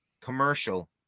commercial